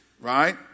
right